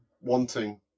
wanting